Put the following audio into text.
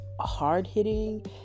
hard-hitting